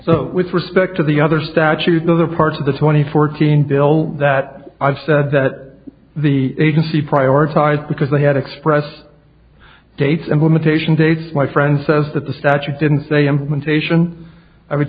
so with respect to the other statutes in other parts of the twenty fourteen bill that i've said that the agency prioritized because they had express dates implementation dates my friend says that the statute didn't say implementation i w